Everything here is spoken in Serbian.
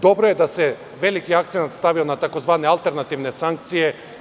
Dobro je da se veliki akcenat stavlja na tzv. alternativne sankcije.